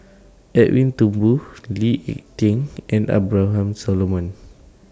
Edwin Thumboo Lee Ek Tieng and Abraham Solomon